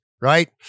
right